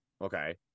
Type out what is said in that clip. Okay